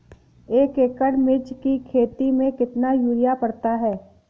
एक एकड़ मिर्च की खेती में कितना यूरिया पड़ता है?